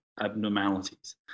abnormalities